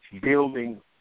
building